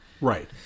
Right